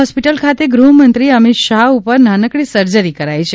hospital ખાતે ગૃહમંત્રી અમિત શાહ ઉપર નાનકડી સર્જરી કરાઇ છે